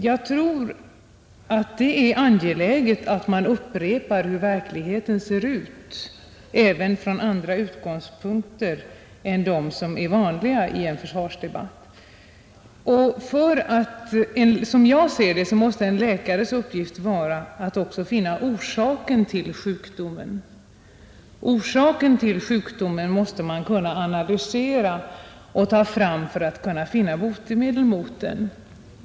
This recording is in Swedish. Jag tror att det är angeläget att man upprepar hur verkligheten ser ut även från andra utgångspunkter än de som är vanliga i en försvarsdebatt. Som jag ser det måste en läkares uppgift vara att också finna orsaken till sjukdomen. Orsaken måste man söka och analysera för att finna botemedel mot sjukdomen.